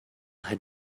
had